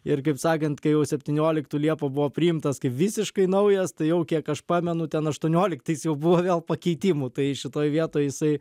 ir kaip sakant kai jau septynioliktų liepą buvo priimtas kaip visiškai naujas tai jau kiek aš pamenu ten aštuonioliktais jau buvo vėl pakeitimų tai šitoj vietoj jisai